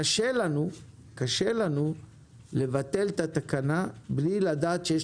קשה לנו לבטל את התקנה בלי לדעת שיש